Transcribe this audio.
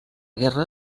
guerra